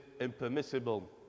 impermissible